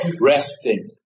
resting